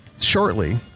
shortly